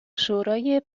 شورای